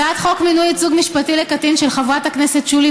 הצעת חוק מינוי ייצוג משפטי לקטין של חברת הכנסת שולי